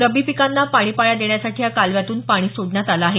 रब्बी पिकांना पाणी पाळ्या देण्यासाठी या कालव्यातून पाणी सोडण्यात आलं आहे